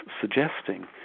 suggesting